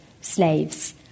slaves